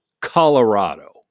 Colorado